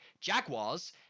jaguars